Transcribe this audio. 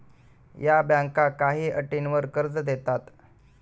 या बँका काही अटींवर कर्ज देतात